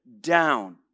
down